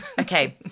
Okay